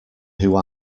who